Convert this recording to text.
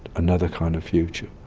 another kind of future,